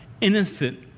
innocent